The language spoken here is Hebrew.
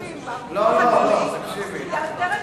הסעיפים בביטוח הלאומי, יותר אנשים,